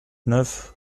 neuf